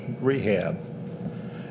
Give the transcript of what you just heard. rehab